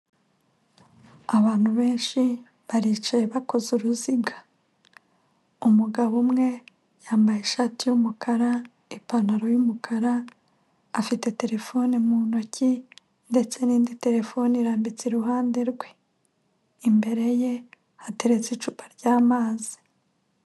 Abantu benshi baricaye bakoze uruziga, umugabo umwe yambaye ishati y'umukara, ipantaro y'umukara, afite terefone mu ntoki ndetse n'indi terefone irambitse iruhande rwe, imbere ye hateretse icupa ry'amazi.